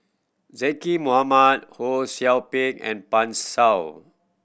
Zaqy Mohamad Ho Sou Ping and Pan Shou